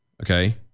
Okay